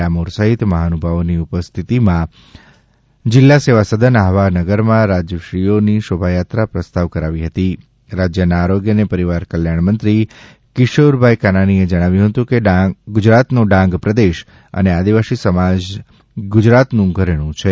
ડામોર સહિત મહાનુભાવોની ઉપસ્થિતિમાં જિલ્લા સેવા સદન આહવા નગરમાં રાજવીશ્રીઓની શોભાયાત્રા પ્રસ્થાન કરાવી હતી રાજ્યના આરોગ્ય અને પરિવાર કલ્યાણ મંત્રીશ્રી કિશોરભાઇ કાનાણીએ કહ્યું હતું કે ગુજરાતનો ડાંગ પ્રદેશ અને આદિવાસી સમાજ ગુજરાતનું ધરેણું છે